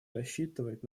рассчитывать